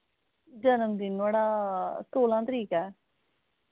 जन्मदिन नुहाड़ा सोलां तरीक ऐ